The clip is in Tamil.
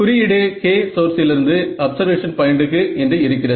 குறியீடு K சோர்ஸிலிருந்து அப்சர்வேஷன் பாயிண்டுக்கு என்று இருக்கிறது